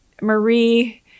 Marie